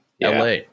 LA